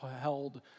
held